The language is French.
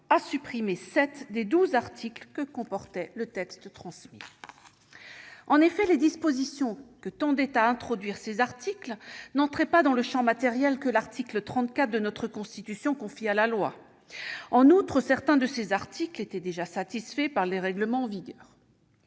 à supprimer sept des douze articles que comportait le texte transmis. En effet, les dispositions que tendaient à introduire ces articles n'entraient pas dans le champ matériel que l'article 34 de notre Constitution confie à la loi. En outre, certains de ces articles étaient déjà satisfaits par les règlements en vigueur.